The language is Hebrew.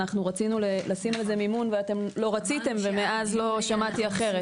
שאנחנו רצינו להקצות לזה מימון אבל אתם לא רציתם ומאז לא שמעתי אחרת,